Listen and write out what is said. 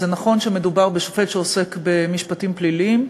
זה נכון שמדובר בשופט שעוסק במשפטים פליליים.